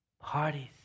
parties